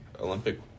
Olympic